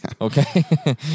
okay